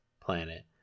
planet